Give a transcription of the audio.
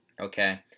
Okay